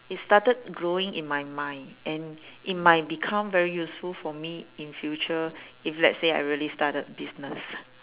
it started growing in my mind and it might become very useful for me in future if let's say I really started business